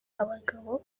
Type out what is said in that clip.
abagabo